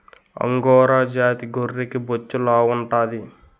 angora జాతి గొర్రెకి బొచ్చు లావుంటాది